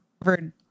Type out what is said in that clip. covered